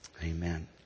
Amen